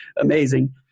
amazing